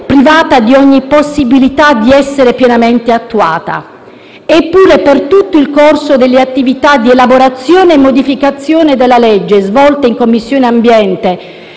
privata di ogni possibilità di essere pienamente attuata. Eppure, per tutto il corso delle attività di elaborazione e modificazione della legge svolte in Commissione ambiente